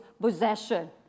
possession